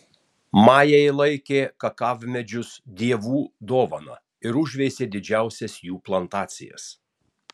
majai laikė kakavmedžius dievų dovana ir užveisė didžiausias jų plantacijas